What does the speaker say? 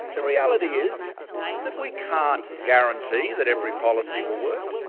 the reality is that we can't guarantee that every policy will work.